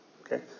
Okay